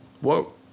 Whoa